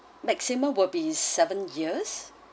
maximum will be seven years